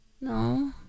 No